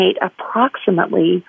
approximately